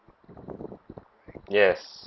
yes